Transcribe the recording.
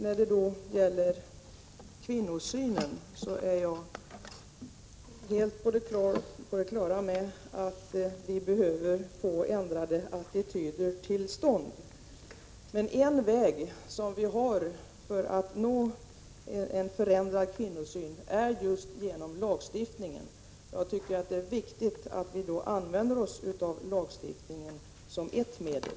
När det gäller kvinnosynen är jag helt på det klara med att vi behöver få ändrade attityder till stånd. Men en väg som vi har för att nå en förändrad kvinnosyn är just genom lagstiftning. Då tycker jag det är viktigt att lagstiftningen används som ett medel.